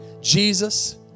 Jesus